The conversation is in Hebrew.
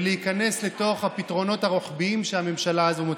ולהיכנס לתוך הפתרונות הרוחביים שהממשלה הזו מוצאת.